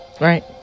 right